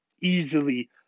easily